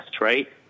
right